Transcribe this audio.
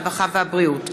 הרווחה והבריאות.